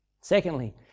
Secondly